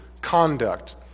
conduct